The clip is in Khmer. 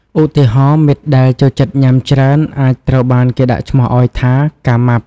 ឧទាហរណ៍ មិត្តដែលចូលចិត្តញ៉ាំច្រើនអាចត្រូវបានគេដាក់ឈ្មោះឱ្យថា “កាម៉ាប់”។